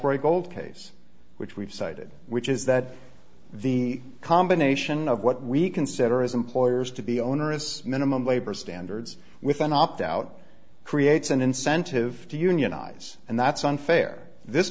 cold case which we've cited which is that the combination of what we consider as employers to be onerous minimum labor standards with an opt out creates an incentive to unionize and that's unfair this